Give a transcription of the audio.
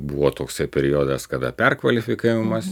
buvo toksai periodas kada perkvalifikavimas